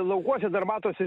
laukuose dar matosi